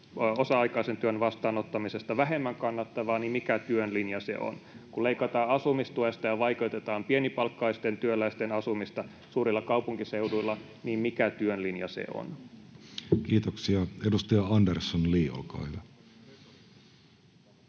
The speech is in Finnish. osa-aikaisen työn vastaanottamisesta vähemmän kannattavaa, niin mikä työn linja se on? Kun leikataan asumistuesta ja vaikeutetaan pienipalkkaisten työläisten asumista suurilla kaupunkiseuduilla, niin mikä työn linja se on? Kiitoksia. — Edustaja Andersson, Li, olkaa hyvä.